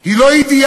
היא לא אידיאל,